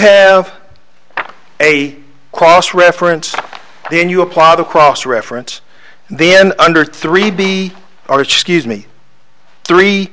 have a cross reference then you apply the cross reference then under three b are scuse me three